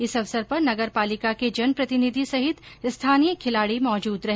इस अवसर पर नगरपालिका के जनप्रतिनिधि सहित स्थानीय खिलाड़ी मौजूद रहे